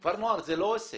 כפר נוער זה לא עסק.